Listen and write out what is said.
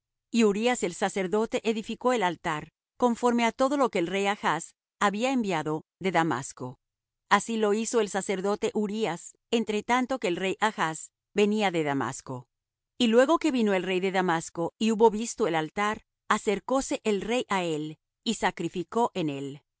y urías el sacerdote edificó el altar conforme á todo lo que el rey achz había enviado de damasco así lo hizo el sacerdote urías entre tanto que el rey achz venía de damasco y luego que vino el rey de damasco y hubo visto el altar acercóse el rey á él y sacrificó en él